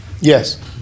Yes